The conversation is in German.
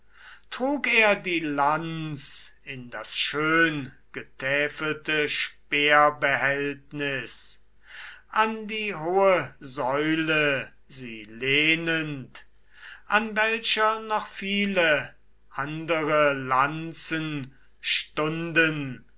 trug er die lanz in das schöngetäfelte speerbehältnis an die hohe säule sie lehnend an welcher noch viele andere lanzen stunden